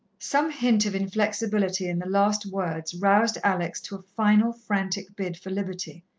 some hint of inflexibility in the last words roused alex to a final, frantic bid for liberty.